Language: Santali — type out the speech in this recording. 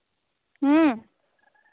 ᱦᱮᱸ